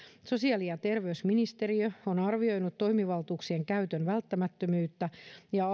sosiaali ja terveysministeriö on arvioinut toimivaltuuksien käytön välttämättömyyttä ja